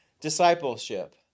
discipleship